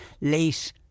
late